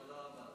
תודה רבה.